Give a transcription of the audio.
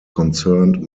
concerned